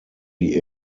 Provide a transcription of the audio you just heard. die